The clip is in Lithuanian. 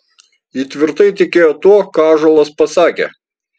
ji tvirtai tikėjo tuo ką ąžuolas pasakė